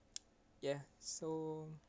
ya so